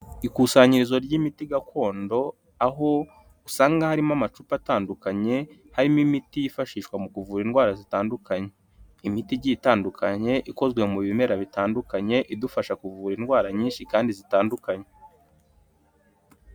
Ikusanyirizo ry'imiti gakondo aho usanga harimo amacupa atandukanye harimo imiti yifashishwa mu kuvura indwara zitandukanye, imiti igiye itandukanye ikozwe mu bimera bitandukanye idufasha kuvura indwara nyinshi kandi zitandukanye.